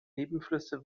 nebenflüsse